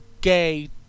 gay